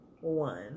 one